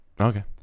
Okay